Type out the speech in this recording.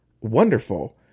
wonderful